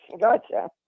gotcha